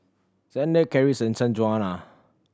Xander Karis and Sanjuana